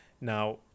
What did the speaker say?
Now